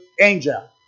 angel